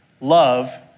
love